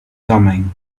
coming